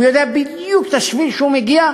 הוא יודע בדיוק באיזה שביל הוא מגיע,